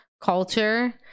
culture